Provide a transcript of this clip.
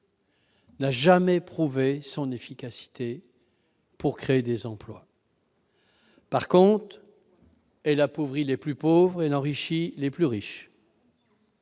n'a jamais prouvé son efficacité pour créer des emplois. Il appauvrit les plus pauvres et enrichit les plus riches.